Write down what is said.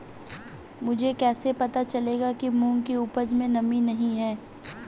मुझे कैसे पता चलेगा कि मूंग की उपज में नमी नहीं है?